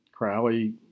Crowley